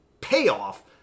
payoff